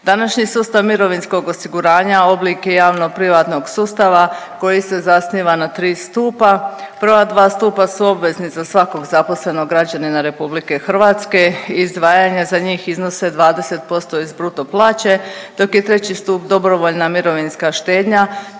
Današnji sustav mirovinskog osiguranja oblik je javno privatnog sustava koji se zasniva na tri stupa. Prva dva stupa su obvezni za svakog zaposlenog građanina RH, izdvajanja za njih iznose 20% iz bruto plaće, dok je treći stup dobrovoljna mirovinska štednja